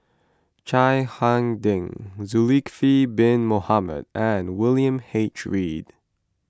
Chiang Hai Ding Zulkifli Bin Mohamed and William H Read